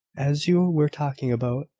as you were talking about,